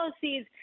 policies